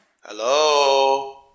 Hello